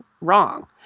wrong